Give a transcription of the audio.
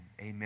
Amen